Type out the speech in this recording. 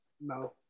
No